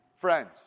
friends